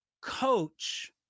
Coach